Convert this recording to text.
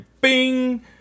bing